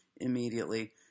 immediately